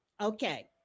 Okay